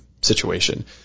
situation